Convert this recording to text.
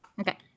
Okay